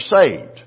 saved